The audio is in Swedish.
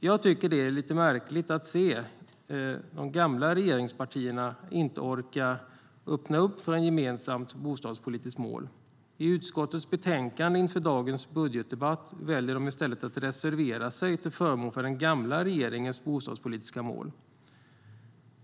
Jag tycker att det är lite märkligt att de gamla regeringspartierna inte orkar öppna upp för ett gemensamt bostadspolitiskt mål. I utskottets betänkande inför dagens budgetdebatt väljer de i stället att reservera sig till förmån för den gamla regeringens bostadspolitiska mål.